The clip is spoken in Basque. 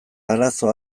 arazo